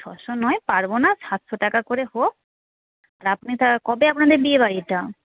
ছশো নয় পারব না সাতশো টাকা করে হোক আর আপনি তা কবে আপনাদের বিয়েবাড়িটা